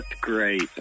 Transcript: great